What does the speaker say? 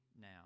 now